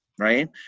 Right